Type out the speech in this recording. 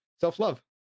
self-love